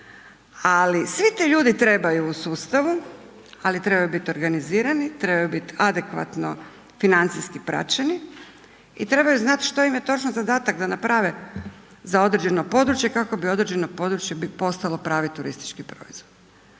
ali svi ti ljudi trebaju u sustavu ali trebaju biti organizirani, trebaju biti adekvatno financijski praćeni i trebaju znati što im je točno zadatak da naprave za određeno područje kako bi određeno područje postalo pravi turistički proizvod.